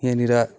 यहाँनिर